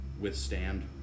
withstand